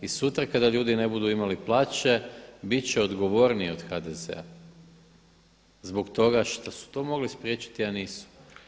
I sutra kada ljudi ne budu imali plaće biti će odgovorniji od HDZ-a zbog toga što su to mogli spriječiti a nisu.